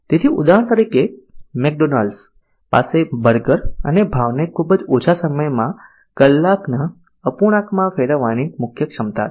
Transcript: તેથી ઉદાહરણ તરીકે મેકડોનાલ્ડ્સ પાસે બર્ગર અને ભાવને ખૂબ જ ઓછા સમયમાં કલાકના અપૂર્ણાંકમાં ફેરવવાની મુખ્ય ક્ષમતા છે